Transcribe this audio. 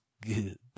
good